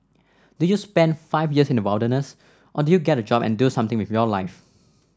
do you spend five years in the wilderness or do you get a job and do something with your life